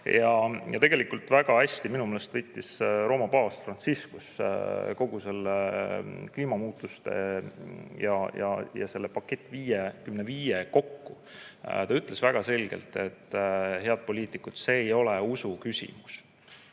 Tegelikult väga hästi minu meelest võttis Rooma paavst Franciscus kogu selle kliimamuutuste paketi kokku. Ta ütles väga selgelt: head poliitikud, see ei ole usu küsimus.